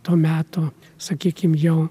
to meto sakykim jau